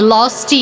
Lost